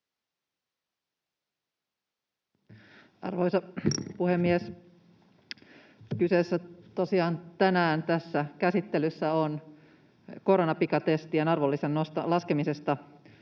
Arvoisa puhemies! Kyseessä tosiaan tänään tässä käsittelyssä on koronapikatestien arvonlisäveron laskeminen